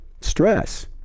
stress